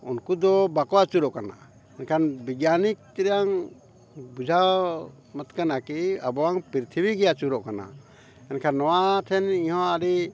ᱩᱱᱠᱩ ᱫᱚ ᱵᱟᱠᱚ ᱟᱹᱪᱩᱨᱚᱜ ᱠᱟᱱᱟ ᱮᱱᱠᱷᱟᱱ ᱵᱤᱜᱽᱜᱟᱱᱤᱠ ᱨᱮᱭᱟᱜ ᱵᱩᱡᱷᱟᱹᱣ ᱢᱚᱛ ᱠᱟᱱᱟ ᱠᱤ ᱟᱵᱚᱣᱟᱜ ᱯᱨᱤᱛᱷᱤᱵᱤ ᱜᱮ ᱟᱹᱪᱩᱨᱚᱜ ᱠᱟᱱᱟ ᱮᱱᱠᱷᱟᱱ ᱱᱚᱣᱟ ᱴᱷᱮᱱ ᱤᱧᱦᱚᱸ ᱟᱹᱰᱤ